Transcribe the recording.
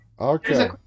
okay